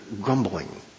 grumbling